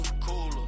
Cooler